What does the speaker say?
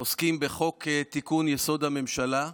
עוסקים בתיקון חוק-יסוד: הממשלה,